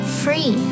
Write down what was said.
free